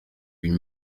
une